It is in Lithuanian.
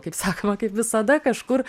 kaip sakoma kaip visada kažkur